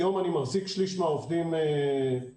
היום אני מחזיק שליש מהעובדים בחל"ת.